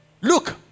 Look